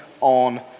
on